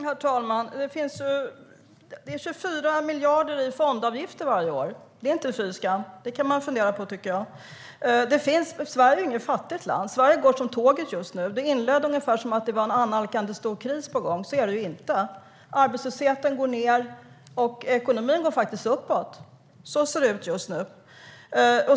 Herr talman! Det tas ut 24 miljarder i fondavgifter varje år. Det är inte fy skam. Det kan man fundera över. Sverige är inget fattigt land. Sverige går som tåget just nu. Lars-Arne Staxäng inledde som att det är en annalkande stor kris på gång. Så är det inte. Arbetslösheten sjunker och ekonomin går uppåt. Så ser det ut just nu.